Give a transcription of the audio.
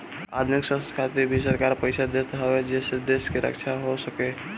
आधुनिक शस्त्र खातिर भी सरकार पईसा देत हवे जेसे देश के रक्षा हो सके